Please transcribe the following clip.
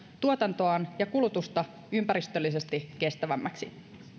tuotantoaan ja kulutustaan ympäristöllisesti kestävämmäksi